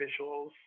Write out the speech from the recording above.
visuals